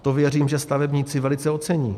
To, věřím, že stavebníci velice ocení.